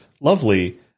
lovely